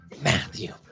Matthew